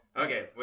Okay